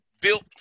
built